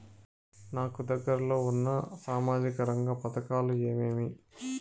నాకు దగ్గర లో ఉన్న సామాజిక రంగ పథకాలు ఏమేమీ?